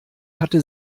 hatte